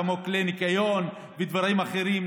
כמו כלי ניקיון ודברים אחרים.